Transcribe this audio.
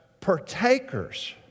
partakers